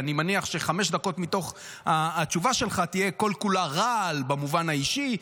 ואני מניח שחמש דקות מתוך התשובה שלך תהיה כל כולה רעל במובן האישי,